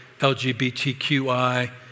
LGBTQI